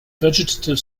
vegetative